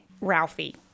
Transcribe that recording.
Ralphie